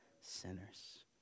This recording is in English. sinners